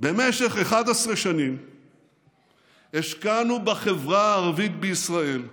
במשך 11 שנים השקענו בחברה הערבית בישראל בתשתיות,